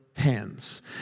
hands